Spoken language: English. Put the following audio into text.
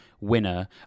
winner